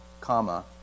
comma